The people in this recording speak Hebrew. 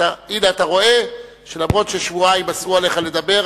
אתה רואה שאף-על-פי ששבועיים אסרו עליך לדבר,